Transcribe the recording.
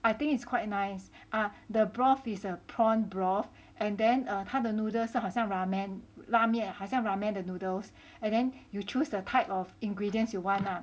I think it's quite nice ah the broth is a prawn broth and then err 它的 noodles 是好像 ramen 拉面好像 ramen noodles and then you choose the type of ingredients you want lah